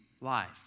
life